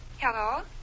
Hello